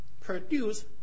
produce